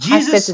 Jesus